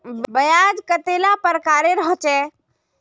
ब्याज कतेला प्रकारेर होचे?